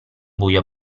buio